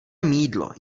mýdlo